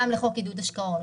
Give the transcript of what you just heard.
גם בחוק עידוד השקעות.